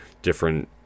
different